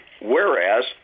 whereas